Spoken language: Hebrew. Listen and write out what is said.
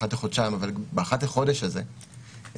אחת לחודשיים אבל באחת לחודש הזאת,